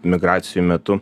migracijų metu